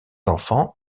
enfants